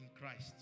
Christ